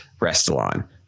restalon